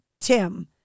Tim